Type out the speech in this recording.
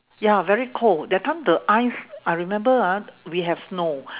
ya very cold that time the ice I remember ah we have snow